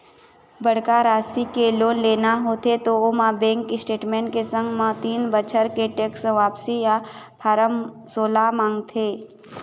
बड़का राशि के लोन लेना होथे त ओमा बेंक स्टेटमेंट के संग म तीन बछर के टेक्स वापसी या फारम सोला मांगथे